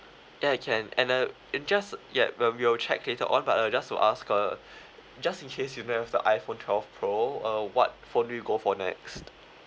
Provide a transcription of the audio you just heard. yeah can and uh and just yup um we'll check later on but uh just to ask uh just in case we never have the iphone twelve pro uh what phone do you go for next